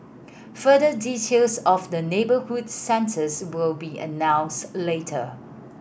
further details of the neighbourhood centres will be announced later